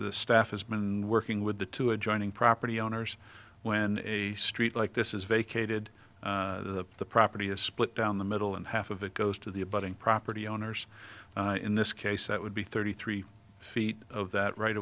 the staff has been working with the two adjoining property owners when a street like this is vacated the property is split down the middle and half of it goes to the abutting property owners in this case that would be thirty three feet of that right